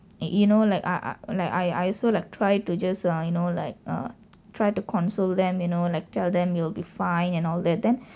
you know like ah like I I also like try to just uh you know like err try to console them you know like tell them you will be fine and all that then